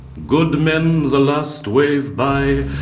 good men, the last wave by,